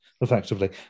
effectively